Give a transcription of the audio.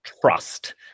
trust